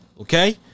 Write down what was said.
Okay